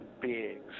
beings